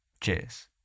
Cheers